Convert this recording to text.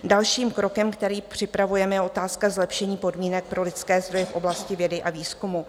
Dalším krokem, který připravujeme, je otázka zlepšení podmínek pro lidské zdroje v oblasti vědy a výzkumu.